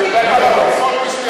גם תרופות מזויפות.